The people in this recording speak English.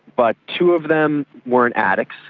but two of them weren't addicts,